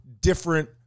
different